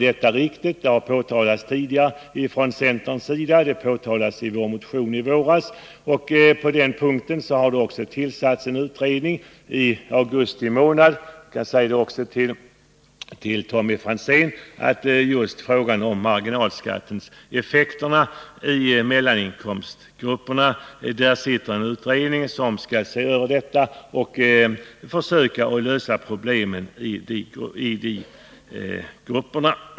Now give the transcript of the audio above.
Detta har tidigare påtalats från centerns sida, bl.a. i vår motion i våras. I augusti månad tillsattes en utredning som har fått i uppdrag att utreda dessa problem. Till Tommy Franzén kan jag säga att denna utredning också skall se över marginalskatteeffekterna i mellangrupperna och försöka lösa problemen för dessa grupper.